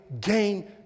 gain